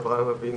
עד אברהם אבינו.